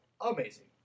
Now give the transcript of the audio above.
amazing